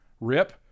rip